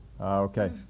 Okay